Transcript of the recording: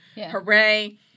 Hooray